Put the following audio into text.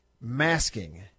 Masking